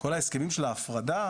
כל ההסכמים של ההפרדה,